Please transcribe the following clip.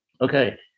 Okay